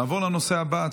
נעבור לנושא הבא,